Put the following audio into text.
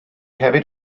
hefyd